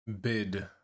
bid